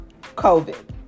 COVID